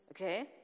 okay